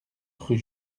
rue